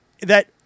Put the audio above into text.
That-